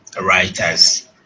writers